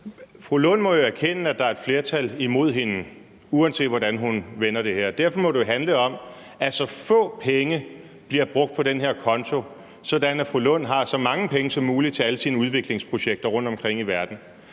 Rosa Lund må jo erkende, at der er et flertal imod hende, uanset hvordan hun vender det her. Derfor må det jo handle om, at så få penge som muligt bliver brugt på den her konto, sådan at fru Rosa Lund har så mange penge som muligt til alle sine udviklingsprojekter rundtomkring i verden.